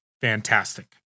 fantastic